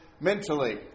mentally